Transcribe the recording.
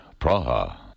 Praha